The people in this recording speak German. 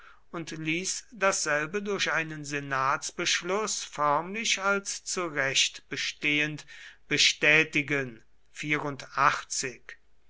und ließ dasselbe durch einen senatsbeschluß förmlich als zu recht bestehend bestätigen